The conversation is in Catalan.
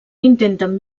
intenten